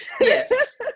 Yes